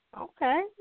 Okay